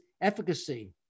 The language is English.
efficacy